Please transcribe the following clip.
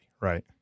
right